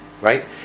right